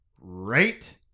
right